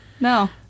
No